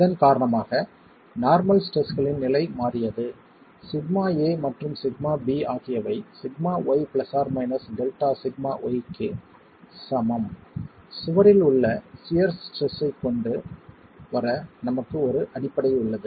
இதன் காரணமாக நார்மல் ஸ்ட்ரெஸ்களின் நிலை மாறியது சிக்மா a மற்றும் சிக்மா b ஆகியவை σy ± Δσy க்கு சமம் சுவரில் உள்ள சியர் ஸ்ட்ரெஸ் ஐ கொண்டு வர நமக்கு ஒரு அடிப்படை உள்ளது